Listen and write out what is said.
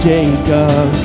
Jacob